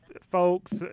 folks